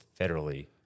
federally